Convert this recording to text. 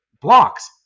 blocks